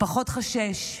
פחות חושש.